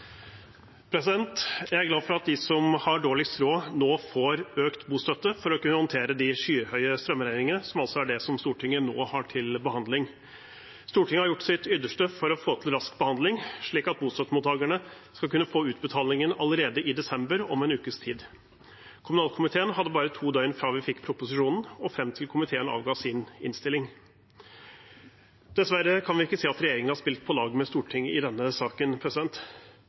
glad for at de som har dårligst råd, nå får økt bostøtte for å kunne håndtere de skyhøye strømregningene, som altså er det Stortinget nå har til behandling. Stortinget har gjort sitt ytterste for å få til rask behandling, slik at bostøttemottakerne skal kunne få utbetalingen allerede i desember, om en ukes tid. Kommunalkomiteen hadde bare to døgn fra vi fikk proposisjonen og fram til komiteen avga sin innstilling. Dessverre kan vi ikke si at regjeringen har spilt på lag med Stortinget i denne saken.